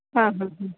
हां हां